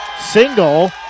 single